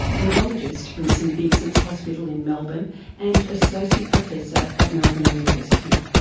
neurologist from st vincent's hospital in melbourne and associate professor at melbourne university.